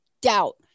Doubt